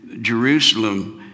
Jerusalem